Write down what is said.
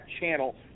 channel